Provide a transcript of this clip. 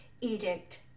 edict